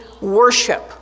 worship